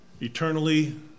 Eternally